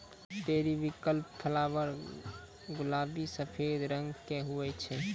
periwinkle flower गुलाबी सफेद रंग के हुवै छै